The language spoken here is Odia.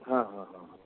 ହଁ ହଁ ହଁ ହଁ